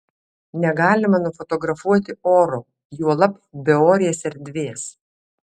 negalima nufotografuoti oro juolab beorės erdvės